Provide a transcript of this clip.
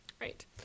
Right